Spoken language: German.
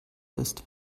ist